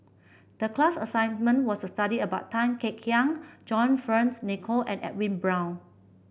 the class assignment was to study about Tan Kek Hiang John Fearns Nicoll and Edwin Brown